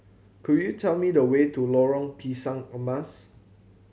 could you tell me the way to Lorong Pisang Emas